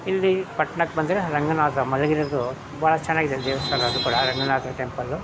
ಇಲ್ಲಿ ಪಟ್ಣಕ್ಕೆ ಬಂದರೆ ರಂಗನಾಥ ಮಲಗಿರೋದು ಭಾಳ ಚೆನ್ನಾಗಿದೆ ದೇವಸ್ಥಾನ ಅದು ಕೂಡ ರಂಗನಾಥ ಟೆಂಪಲ್ಲು